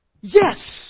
Yes